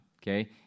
Okay